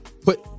put